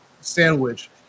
sandwich